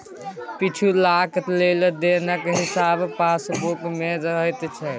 पिछुलका लेन देनक हिसाब पासबुक मे रहैत छै